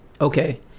Okay